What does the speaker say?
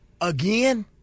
again